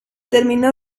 terminó